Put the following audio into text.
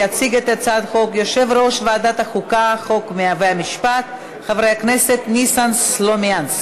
עברה בקריאה השלישית והחוק נכנס לספר החוקים של מדינת